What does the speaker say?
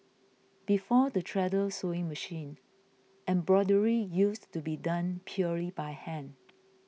before the treadle sewing machine embroidery used to be done purely by hand